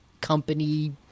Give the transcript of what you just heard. company